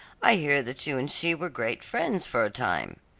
i hear that you and she were great friends for a time.